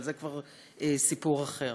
אבל זה כבר סיפור אחר.